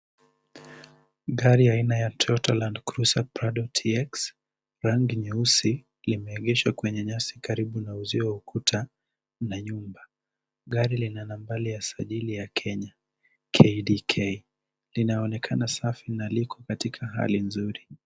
Gari aina ya Toyota Land cruiser Prado TX, rangi nyeusi limeegeshwa kwenye nyasi karibu na uzio wa ukuta na nyumba. Gari lina nambari ya usajili ya Kenya KDK linaonekana safi na liko katika hali nzuri.